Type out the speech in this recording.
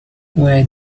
where